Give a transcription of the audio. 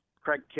Craig